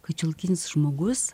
kad šiuolaikinis žmogus